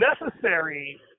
necessary